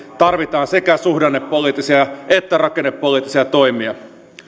tarvitaan sekä suhdannepoliittisia että rakennepoliittisia toimia